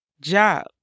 job